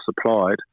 supplied